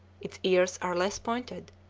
its ears are less pointed,